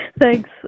Thanks